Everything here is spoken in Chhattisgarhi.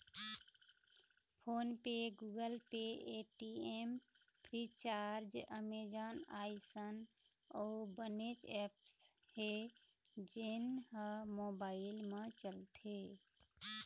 फोन पे, Google Pay, Paytm, Freecharge, Amazon अइसन अउ बनेच ऐप्स हे जेन ह मोबाईल म चलथे